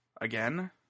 Again